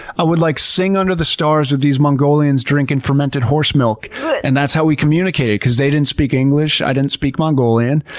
i would like sing under the stars with these mongolians drinking fermented horse milk and that's how we communicated because they didn't speak english, i didn't speak mongolian.